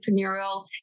entrepreneurial